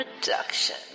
production